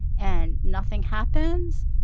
and nothing happens.